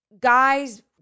guys